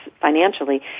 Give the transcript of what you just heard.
financially